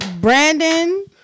Brandon